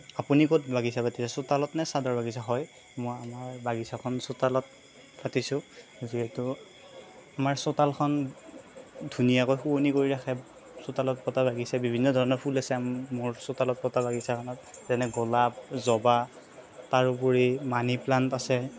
আপুনি ক'ত বাগিছা পাতিছে চোতালত নে ছাদৰ বাগিছা হয় মই আমাৰ বাগিছাখন চোতালত পাতিছোঁ যিহেতু আমাৰ চোতালখন ধুনীয়াকৈ শুৱনি কৰি ৰাখে চোতালত পতা বাগিছা বিভিন্ন ধৰণৰ ফুল আছে মোৰ চোতালত পতা বাগিছাখনত যেনে গোলাপ জবা তাৰোপৰি মানী প্লাণ্ট আছে